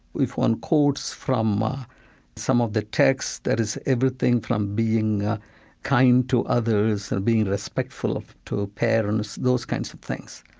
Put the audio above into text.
if one quotes from ah some of the texts, that is everything from being kind to others, being respectful to ah parents, those kinds of things.